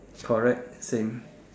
correct same